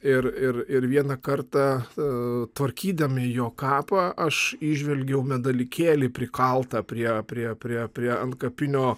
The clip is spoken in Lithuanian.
ir ir ir vieną kartą tvarkydami jo kapą aš įžvelgiau dalykėlį prikaltą prie prie prie prie antkapinio